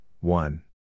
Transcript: one